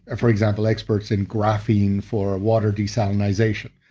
ah for example, experts in graphene for water desalinization.